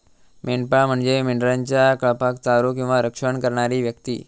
मेंढपाळ म्हणजे मेंढरांच्या कळपाक चारो किंवा रक्षण करणारी व्यक्ती